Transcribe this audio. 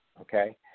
Okay